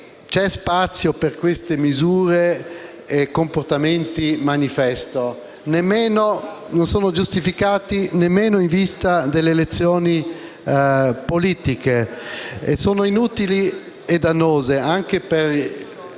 è spazio per queste misure e per questi comportamenti manifesto, che non sono giustificati nemmeno in vista delle elezioni politiche. Sono inutili e dannosi anche per